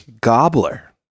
gobbler